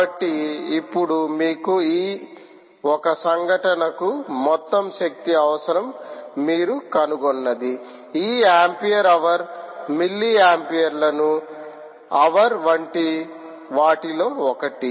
కాబట్టి ఇప్పుడు మీకు ఈ ఒక సంఘటనకు మొత్తం శక్తి అవసరం మీరు కనుగొన్నది ఈ ఆంపియర్ హవర్ మిల్లీ ఆంపియర్లను హవర్ వంటి వాటిలో ఒకటి